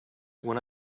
when